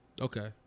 okay